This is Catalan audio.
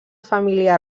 família